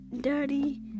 Daddy